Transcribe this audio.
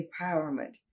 empowerment